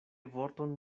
vorton